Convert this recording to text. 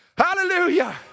Hallelujah